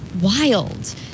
wild